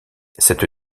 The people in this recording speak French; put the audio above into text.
cette